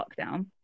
lockdown